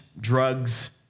drugs